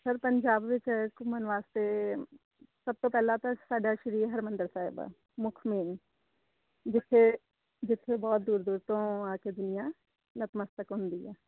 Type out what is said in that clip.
sir Punjab ਵਿੱਚ ਘੁੰਮਣ ਵਾਸਤੇ ਸਭ ਤੋਂ ਪਹਿਲਾਂ ਤਾਂ ਸਾਡਾ ਸ਼੍ਰੀ ਹਰਿਮੰਦਰ ਸਾਹਿਬ ਆ ਮੁੱਖ ਮੇਨ ਜਿੱਥੇ ਜਿੱਥੇ ਬਹੁਤ ਦੂਰ ਦੂਰ ਤੋਂ ਆ ਕੇ ਦੁਨੀਆਂ ਨਤਮਸਤਕ ਹੁੰਦੀ ਹੈ